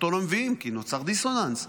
אותו לא מביאים כי נוצר דיסוננס.